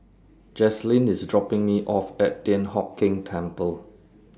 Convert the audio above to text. Jazlynn IS dropping Me off At Thian Hock Keng Temple